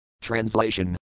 Translation